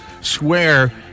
swear